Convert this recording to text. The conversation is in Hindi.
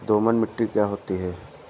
दोमट मिट्टी क्या होती हैं?